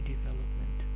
development